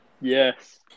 Yes